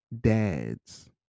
dads